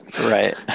Right